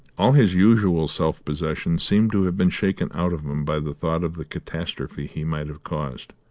all his usual self-possession seemed to have been shaken out of him by the thought of the catastrophe he might have caused.